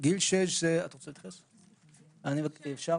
גיל שש בעיקרון זה הגיל המקובל.